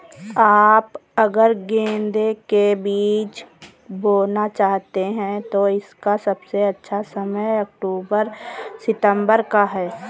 आप अगर गेंदे के बीज बोना चाहते हैं तो इसका सबसे अच्छा समय अक्टूबर सितंबर का है